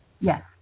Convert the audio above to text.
Yes